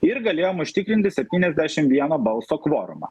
ir galėjom užtikrinti septyniasdešim vieno balso kvorumą